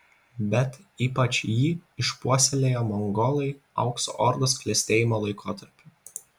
bet ypač jį išpuoselėjo mongolai aukso ordos klestėjimo laikotarpiu